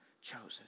chosen